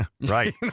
Right